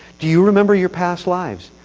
do you remember your past lives?